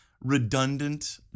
redundant